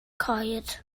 coed